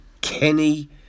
Kenny